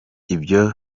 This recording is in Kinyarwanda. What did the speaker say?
ibyo